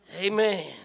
Amen